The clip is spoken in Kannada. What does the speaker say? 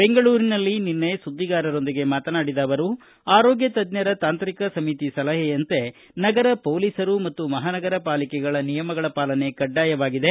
ಬೆಂಗಳೂರಿನಲ್ಲಿ ನಿನ್ನೆ ಸುದ್ವಿಗಾರರೊಂದಿಗೆ ಮಾತನಾಡಿದ ಅವರು ಆರೋಗ್ಯ ತಜ್ಜರ ತಾಂತ್ರಿಕ ಸಮಿತಿ ಸಲಹೆಯಂತೆ ನಗರ ಪೊಲೀಸರು ಮತ್ತು ಮಹಾನಗರ ಪಾಲಿಕೆಗಳ ನಿಯಮಗಳ ಪಾಲನೆ ಕಡ್ಡಾಯವಾಗಿದೆ